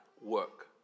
work